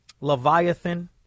Leviathan